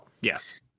Yes